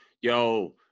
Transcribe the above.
Yo